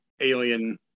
Alien